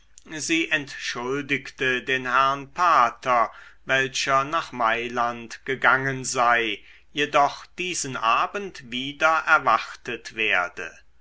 sie entschuldigte den herrn pater welcher nach mailand gegangen sei jedoch diesen abend wieder erwartet werde